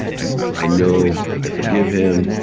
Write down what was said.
i i know, i forgive him,